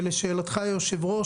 ולשאלתך היושב-ראש,